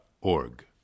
org